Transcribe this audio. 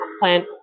plant